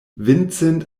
vincent